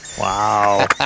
Wow